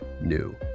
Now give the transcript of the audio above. new